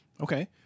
Okay